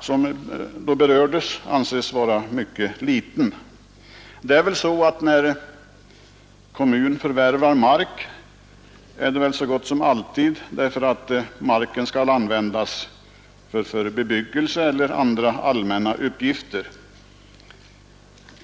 som berördes anses vara mycket liten. När en kommun förvärvar mark är det väl så gott som alltid för att använda den för bebyggelse eller andra allmänna ändamål.